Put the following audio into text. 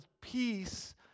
peace